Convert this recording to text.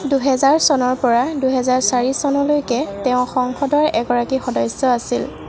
দুহেজাৰ চনৰ পৰা দুহেজাৰ চাৰি চনলৈকে তেওঁ সংসদৰ এগৰাকী সদস্য আছিল